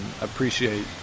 appreciate